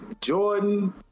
Jordan